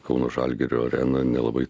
kauno žalgirio areną nelabai